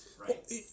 right